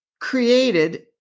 created